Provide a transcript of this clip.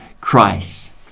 Christ